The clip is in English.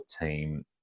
team